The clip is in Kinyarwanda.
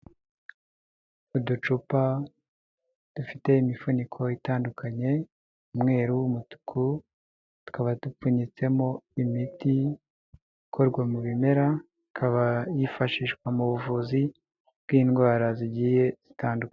Uducupa dufite imifuniko itandukanye umweru, umutuku tukaba dupfunyitsemo imiti, ikorwa mu bimera, ikaba yifashishwa mu buvuzi bw'indwara zigiye zitandukanye.